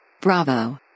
Bravo